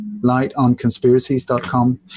lightonconspiracies.com